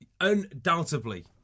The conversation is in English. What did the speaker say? undoubtedly